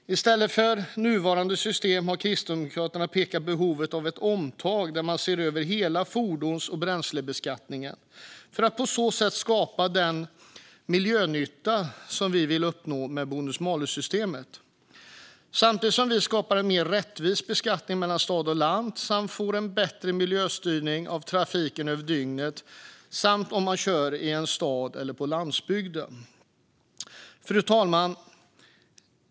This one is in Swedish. I stället för nuvarande system har Kristdemokraterna pekat på behovet av ett omtag, där man ser över hela fordons och bränslebeskattningen för att på så sätt skapa den miljönytta som vi vill uppnå med bonus-malus-systemet samtidigt som man skapar en mer rättvis beskattning mellan stad och land och får en bättre miljöstyrning av trafiken över dygnet. Fru talman!